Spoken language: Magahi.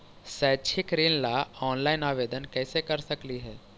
शैक्षिक ऋण ला ऑनलाइन आवेदन कैसे कर सकली हे?